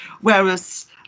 whereas